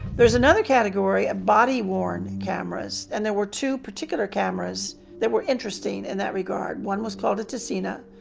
there's another category of body-worn cameras. and there were two particular cameras that were interesting in that regard. one was called a tessina,